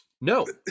no